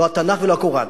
לא התנ"ך ולא הקוראן.